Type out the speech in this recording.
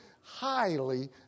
highly